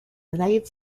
united